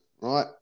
Right